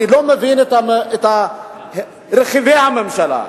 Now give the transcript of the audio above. אני לא מבין את רכיבי הממשלה,